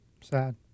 Sad